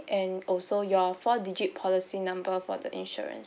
and also your four digit policy number for the insurance